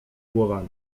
głowami